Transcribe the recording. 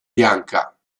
bianca